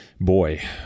boy